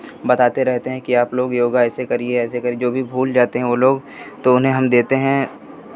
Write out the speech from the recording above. बताते रहते हैं कि आप लोग योगा ऐसे करिए ऐसे करिए जो भी भूल जाते हैं वो लोग तो उन्हें हम देते हैं